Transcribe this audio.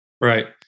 Right